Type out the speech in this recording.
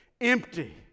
empty